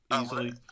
easily